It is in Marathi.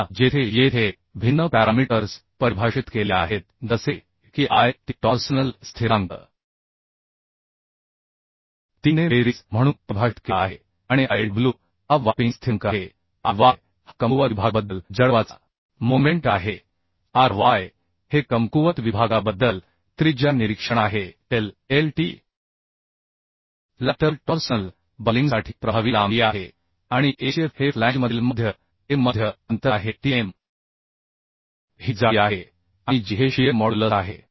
आता जेथे येथे भिन्न पॅरामीटर्स परिभाषित केले आहेत जसे की It टॉर्सनल स्थिरांक 3 ने बेरीज म्हणून परिभाषित केला आहे आणि Iw हा वारपिंग स्थिरांक आहे Iy हा कमकुवत विभागाबद्दल जडत्वाचा मोमेंट आहे ry हे कमकुवत विभागाबद्दल त्रिज्या निरीक्षण आहेLLT लॅटरल टॉर्सनल बकलिंगसाठी प्रभावी लांबी आहे आणि hf हे फ्लॅंजमधील मध्य ते मध्य अंतर आहेtm ही जाडी आहे आणि जी हे शियर मॉड्यूलस आहे